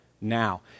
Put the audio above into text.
now